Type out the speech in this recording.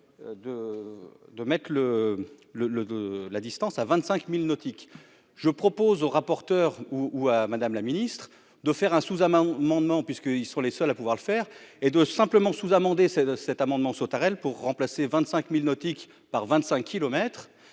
le le de la distance à 25 milles nautiques, je propose au rapporteur ou à Madame la ministre, de faire un sous-amendement Mandement puisqu'ils sont les seuls à pouvoir le faire et de simplement sous-amendé, c'est de cet amendement Sautarel pour remplacer 25 milles nautiques par 25 kilomètres